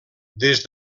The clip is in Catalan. des